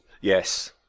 Yes